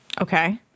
Okay